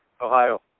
Ohio